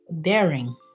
daring